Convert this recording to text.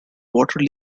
water